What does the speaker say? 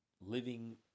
living